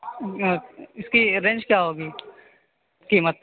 اس کی رینج کیا ہوگی قیمت